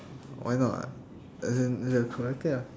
why not as in as in collect it lah